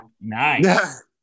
nice